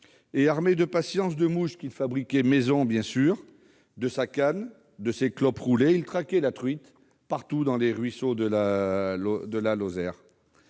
Armé de patience, de mouches fabriquées maison, bien évidemment, de sa canne et de ses clopes roulées, il traquait la truite partout dans les ruisseaux de la Lozère.